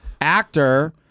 actor